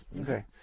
Okay